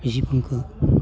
जिबनखौ